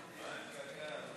מה עם קק"ל?